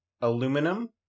Aluminum